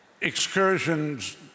excursions